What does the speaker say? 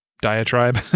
diatribe